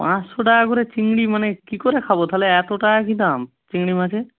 পাঁচশো টাকা করে চিংড়ি মানে কী করে খাব তাহলে এত টাকা কী দাম চিংড়ি মাছের